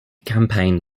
campaign